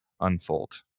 unfold